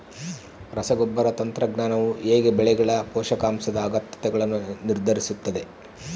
ರಸಗೊಬ್ಬರ ತಂತ್ರಜ್ಞಾನವು ಹೇಗೆ ಬೆಳೆಗಳ ಪೋಷಕಾಂಶದ ಅಗತ್ಯಗಳನ್ನು ನಿರ್ಧರಿಸುತ್ತದೆ?